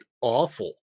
awful